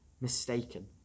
mistaken